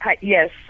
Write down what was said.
yes